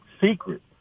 secret